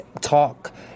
talk